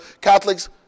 Catholics